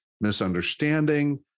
misunderstanding